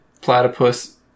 platypus